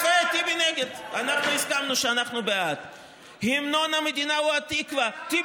אז אם זה לדיראון מדינת ישראל זה שאין